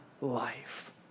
life